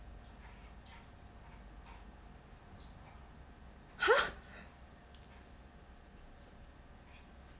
!huh!